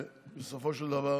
ובסופו של דבר